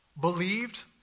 believed